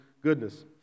goodness